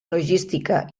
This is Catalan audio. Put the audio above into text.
logística